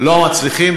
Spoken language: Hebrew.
לא מצליחים,